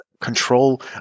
control